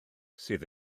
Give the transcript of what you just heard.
sydd